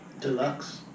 Deluxe